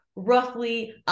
roughly